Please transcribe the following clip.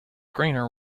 greener